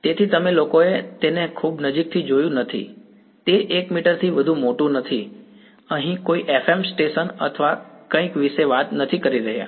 તેથી તમે લોકોએ તેને ખૂબ નજીકથી જોયું નથી તે 1 મીટરથી વધુ મોટું નથી અમે કોઈ FM સ્ટેશન અથવા કંઈક વિશે વાત નથી કરી રહ્યા